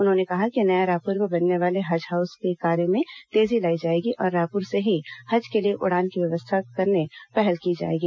उन्होंने कहा कि नया रायपुर में बनने वाले हज हाउस के कार्य में तेजी लाई जाएगी और रायपुर से ही हज के लिए उड़ान की व्यवस्था करने पहल की जायेगी